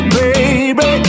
baby